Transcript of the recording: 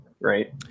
Right